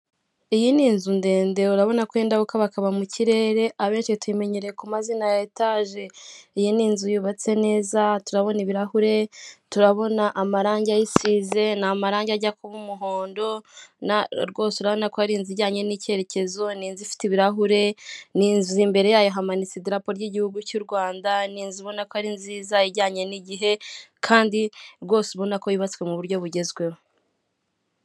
Iyi ni inzu ndende urabona ko yenda gukabakaba mu kirere, abenshi tuyimenyereye ku izina rya etaje. Iyi ni inzu yubatse neza, turabona ibirahure, turabona amarange ayisize, ni amarange ajya kuba umuhondo, rwose urabona ko ari inzu ijyanye n'icyerekezo, ni inzu ifite ibirahure, ni inzu imbere yayo hamanitse idarapo ry'igihugu cy'u Rwanda, ni inzu ubona ko ari nziza ijyanjye n'igihe kandi ubona rwose ko yubatswe mu buryo bugezweho.